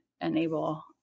enable